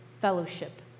fellowship